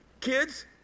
kids